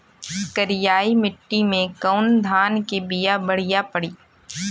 करियाई माटी मे कवन धान के बिया बढ़ियां पड़ी?